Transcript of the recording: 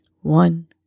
One